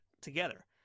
together